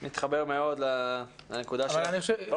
אני מתחבר לנקודה שלך.